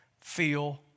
feel